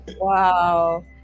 Wow